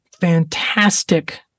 fantastic